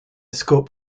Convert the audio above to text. scope